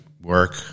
work